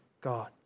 God